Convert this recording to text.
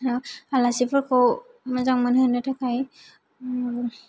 आलासिफोरखौ मोजां मोनहोनो थाखाय